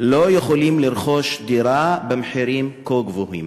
לא יכולים לרכוש דירה במחירים כה גבוהים.